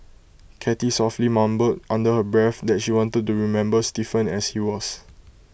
cathy softly muttered under her breath that she wanted to remember Stephen as he was